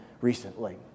recently